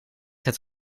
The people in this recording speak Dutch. het